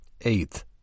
Eighth